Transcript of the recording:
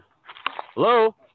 Hello